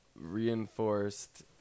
reinforced